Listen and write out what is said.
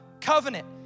covenant